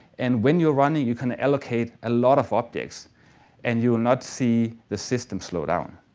and when you're running you can allocate a lot of objects and you will not see the system slowdown.